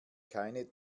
keine